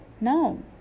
No